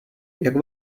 jak